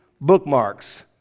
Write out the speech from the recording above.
bookmarks